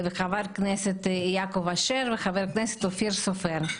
חבר הכנסת יעקב אשר וחבר הכנסת אופיר סופר.